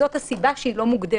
זאת הסיבה לכך שהיא לא מוגדרת,